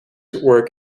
work